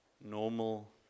normal